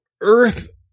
Earth